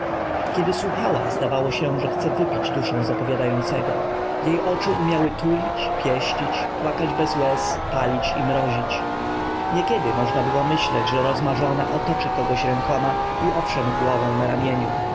kiedy słuchała zdawało się że chce wypić duszę z opowiadającego jej oczy umiały tulić pieścić płakać bez łez palić i mrozić niekiedy można było myśleć że rozmarzona otoczy kogoś rękami i oprze mu głowę na ramieniu